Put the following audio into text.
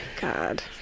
God